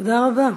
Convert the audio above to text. תודה רבה.